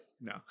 No